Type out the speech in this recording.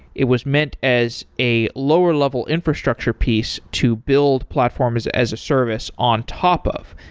it was meant as a lower level infrastructure piece to build platforms as a service on top of,